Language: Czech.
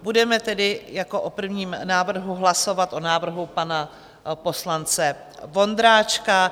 Budeme tedy jako o prvním návrhu hlasovat o návrhu pana poslance Vondráčka.